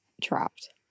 trapped